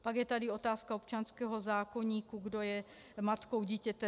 Pak je tady otázka občanského zákoníku, kdo je matkou dítěte.